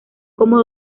como